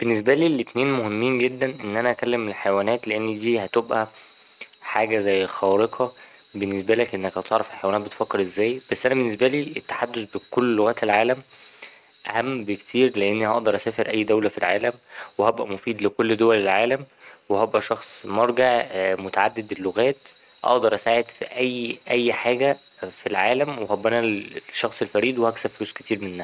بالنسبالي الأتنين مهمين جدا إن أنا أكلم الحيوانات، لأن دي هتوبقى حاجة زي خارقة بالنسبالك إنك هتعرف الحيوانات بتفكر ازاي، بس أنا بالنسبالي التحدث بكل لغات العالم أهم بكتير لأني هقدر أسافر اي دولة في العالم وهبقى مفيد لكل دول العالم وهبقى شخص مرجع متعدد اللغات أقدر أساعد في أي ـ أي حاجة حاجة في العالم وهبقى أنا الشخص الفريد وهكسب فلوس كتير منها.